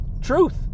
truth